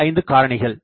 15 காரணிகள்